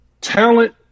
talent –